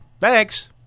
Thanks